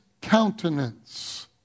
countenance